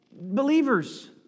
believers